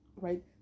right